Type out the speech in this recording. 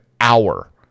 hour